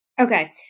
Okay